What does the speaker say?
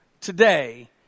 today